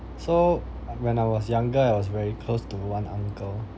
so I when I was younger I was very close to one uncle